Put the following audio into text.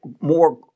more